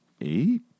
eight